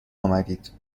آمدید